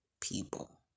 people